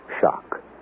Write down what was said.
Shock